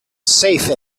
safe